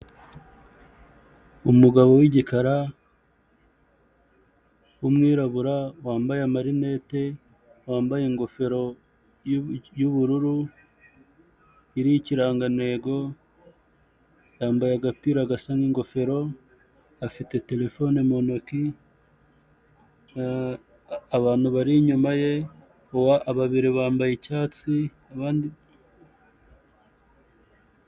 Umugabo w'igikara w'umwirabura wambaye amarinete wambaye ingofero y'ubururu iriho ikirangantego, yambaye agapira gasa nk'ingofero afite terefone mu intoki abantu bari inyuma ye bambaye babiri bambaye icyatsi abandi.